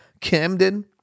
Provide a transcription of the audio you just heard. Camden